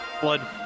blood